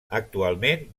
actualment